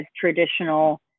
traditional